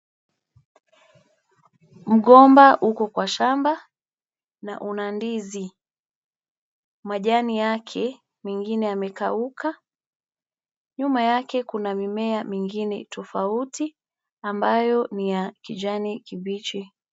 Mgomba uko kwa shamba, na una ndizi. Majani yake mengine yamekauka, nyuma yake kuna mimea mingine tofauti, ambayo ni ya kijani kibichi.